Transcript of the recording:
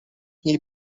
then